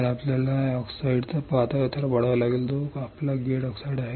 तर आपल्याला ऑक्साईडचा पातळ थर वाढवावा लागेल जो आपला गेट ऑक्साईड आहे